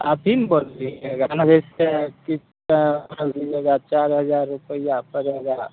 चारि हजार रूपैआ पड़ेगा